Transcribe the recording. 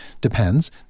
depends